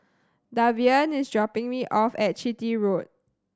Davian is dropping me off at Chitty Road